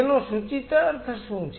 તેનો સુચિતાર્થ શું છે